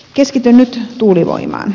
keskityn nyt tuulivoimaan